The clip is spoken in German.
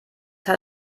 hat